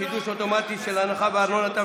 חידוש אוטומטי של הנחה בארנונה),